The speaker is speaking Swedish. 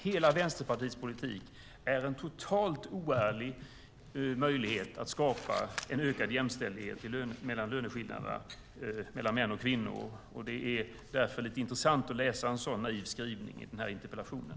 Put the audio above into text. Hela Vänsterpartiets politik är en totalt oärlig möjlighet att skapa en ökad jämställdhet och minska löneskillnaderna mellan män och kvinnor. Det är därför intressant att läsa en sådan naiv skrivning i interpellationen.